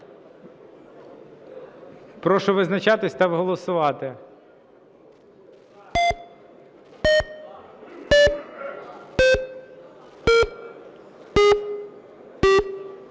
Прошу визначатися та голосувати.